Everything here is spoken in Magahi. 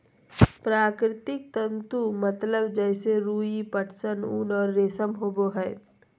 प्राकृतिक तंतु मतलब जैसे रुई, पटसन, ऊन और रेशम होबो हइ